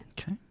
Okay